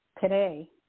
today